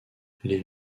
les